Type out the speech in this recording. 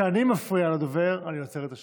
מפריע לדובר אני עוצר את השעון.